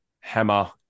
Hammer